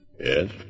Yes